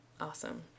awesome